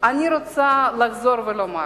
אני רוצה לחזור ולומר,